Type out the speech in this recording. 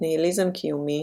ניהיליזם קיומי